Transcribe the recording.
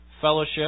fellowship